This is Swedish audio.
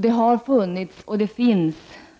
Det har funnits, och det finns